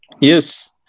Yes